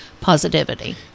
positivity